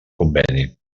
conveni